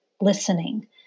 listening